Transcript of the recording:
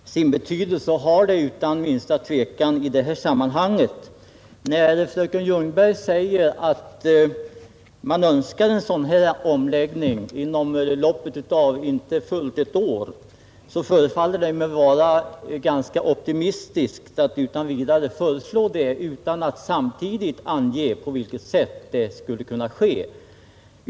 Fru talman! Även små ord kan naturligtvis ha sin betydelse, och har det utan minsta tvekan i,detta sammanhang. Fröken Ljungberg säger att man önskar den föreslagna omläggningen inom loppet av inte fullt ett år. Det förefaller mig vara ganska optimistiskt att lägga fram ett sådant förslag utan att samtidigt ange på vilket sätt omläggningen skall ske.